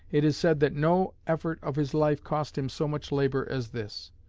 it is said that no effort of his life cost him so much labor as this.